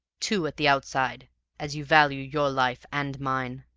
two at the outside as you value your life and mine!